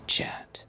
Chat